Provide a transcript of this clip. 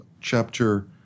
chapter